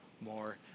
more